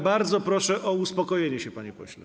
Bardzo proszę o uspokojenie się, panie pośle.